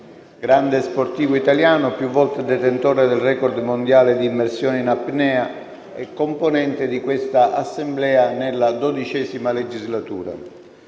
grande sportivo italiano, più volte detentore del record mondiale di immersione in apnea e componente di questa Assemblea nella XII legislatura.